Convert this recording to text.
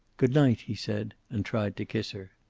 good night, he said, and tried to kiss her.